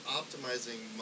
optimizing